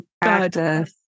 practice